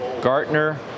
Gartner